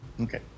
Okay